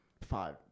five